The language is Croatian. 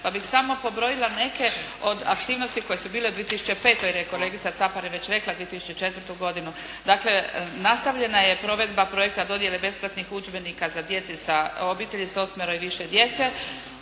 Pa bih samo pobrojila neke od aktivnosti koji su bili u 2005., jer je kolegica Caparin već rekla 2004. godinu. Dakle nastavljena je provedba projekta Dodjele besplatnih udžbenika djeci sa, obitelji sa osmero i više djece,